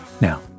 now